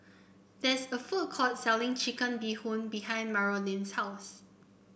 there is a food court selling Chicken Bee Hoon behind Marolyn's house